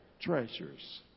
treasures